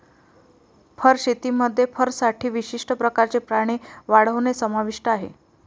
fur शेतीमध्ये फरसाठी विशिष्ट प्रकारचे प्राणी वाढवणे समाविष्ट आहे